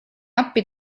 appi